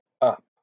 up